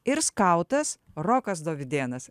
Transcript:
ir skautas rokas dovydėnas